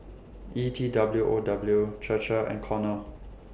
E T W O W Chir Chir and Cornell